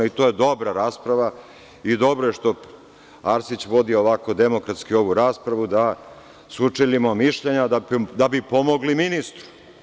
I to je dobra rasprava i dobro je što Arsić vodi ovako demokratsku ovu raspravu da sučeljimo mišljenja, da bi pomogli ministru.